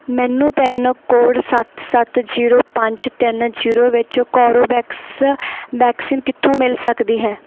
ਮੈਨੂੰ pin code ਸੱਤ ਸੱਤ ਜ਼ੀਰੋ ਪੰਜ ਤਿੰਨ ਜ਼ੀਰੋ ਵਿੱਚ ਕੋਰਬੇਵੈਕਸ ਵੈਕਸੀਨ ਕਿੱਥੋਂ ਮਿਲ ਸਕਦੀ ਹੈ